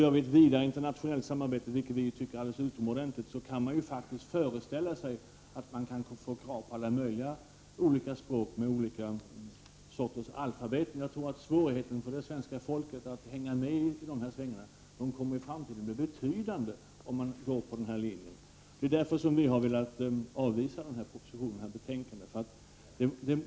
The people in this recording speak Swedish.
I ett vidare internationellt samarbete, något som vi tycker är alldeles utomordentligt, kan man faktiskt föreställa sig att det ställs krav på alla möjliga olika språk, med olika sorters alfabet. Jag tror att svårigheten för svenska folket att hänga med i de här svängarna kommer att bli betydande i framtiden, om man går på denna linje. Det är därför vi har velat avvisa denna proposition och detta betänkande.